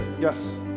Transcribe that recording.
Yes